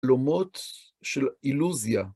חלומות של אילוזיה.